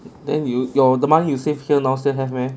then you you're the money you save here now still have meh